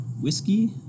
Whiskey